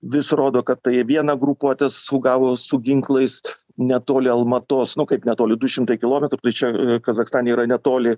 vis rodo kad tai vieną grupuotę sugavo su ginklais netoli almatos nu kaip netoli du šimtai kilometrų tai čia kazachstane yra netoli